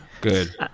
Good